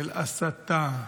של הסתה,